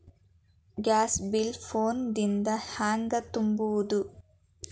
Gas bill phone ದಿಂದ ಹ್ಯಾಂಗ ತುಂಬುವುದು?